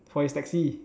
for his taxi